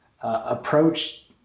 approach